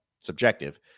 subjective